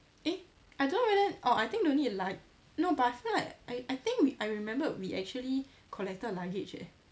eh I don't know whether orh I think no need lug~ no but I feel like I I think we I remembered we actually collected luggage eh